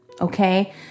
okay